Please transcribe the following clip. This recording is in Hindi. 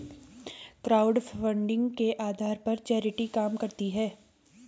क्राउडफंडिंग के आधार पर चैरिटी काम करती है